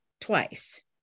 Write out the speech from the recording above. twice